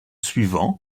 suivants